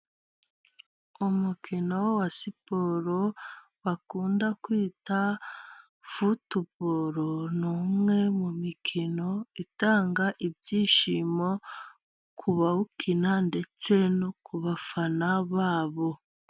Umukino wa siporo bakunda kwita futuboro ni umwe mu mikino itanga ibyishimo ku bawukina ndetse no ku bafana babo.